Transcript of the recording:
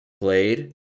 played